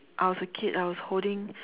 I was a kid I was holding